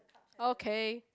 okay